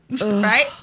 Right